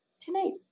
tonight